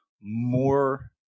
more